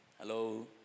Hello